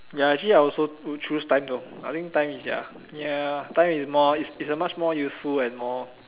ya actually I also choose time though I think time ya ya time is more is a much more useful and more